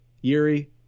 Yuri